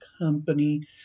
company